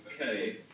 okay